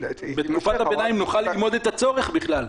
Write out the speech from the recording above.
בתקופת הביניים נוכל ללמוד את הצורך בכלל.